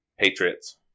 Patriots